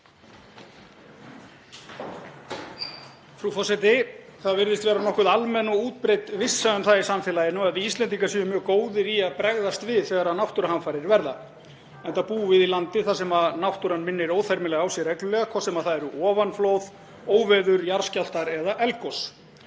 Frú forseti. Það virðist vera nokkuð almenn og útbreidd vissa um það í samfélaginu að við Íslendingar séum mjög góðir í að bregðast við þegar náttúruhamfarir verða enda búum við í landi þar sem náttúran minnir óþyrmilega á sig reglulega, hvort sem það eru ofanflóð, óveður, jarðskjálftar eða eldgos.